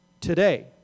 today